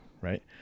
right